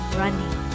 running